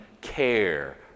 care